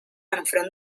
enfront